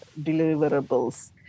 deliverables